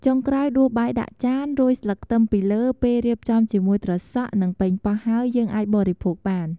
ចុងក្រោយដួសបាយដាក់ចាន រោយស្លឹកខ្ទឹមពីលើ ពេលរៀបចំជាមួយត្រសក់ និង ប៉េងប៉ោះហើយ យើងអាចបរិភោគបាន។